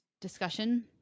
discussion